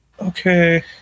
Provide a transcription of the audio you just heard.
okay